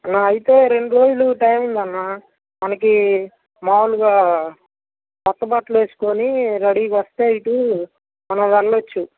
అన్నా అయితే రెండు రోజులు టైం ఉంది అన్న మనకి మామూలుగా క్రొత్త బట్టలు వేసుకొని రెడీగా వస్తే ఇటు మనం వెళ్ళొచ్చు